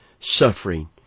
suffering